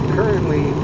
currently